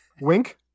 wink